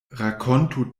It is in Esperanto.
rakontu